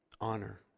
honor